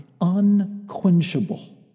unquenchable